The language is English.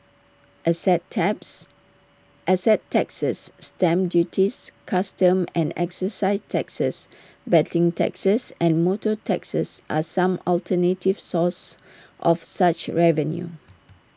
asset taps asset taxes stamp duties customs and exercise taxes betting taxes and motor taxes are some alternative sources of such revenue